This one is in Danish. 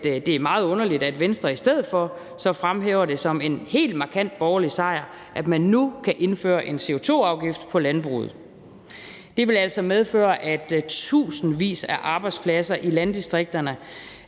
det er meget underligt, at Venstre så i stedet for fremhæver det som en helt markant borgerlig sejr, at man nu kan indføre en CO2-afgift på landbruget. Det vil altså medføre, at tusindvis af arbejdspladser i landdistrikterne